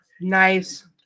nice